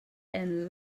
and